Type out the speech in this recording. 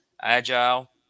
agile